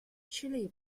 chili